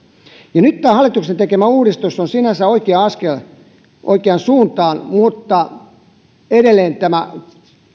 ja nyt tämä hallituksen tekemä uudistus on sinänsä oikea askel oikeaan suuntaan mutta edelleen tämä